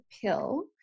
pill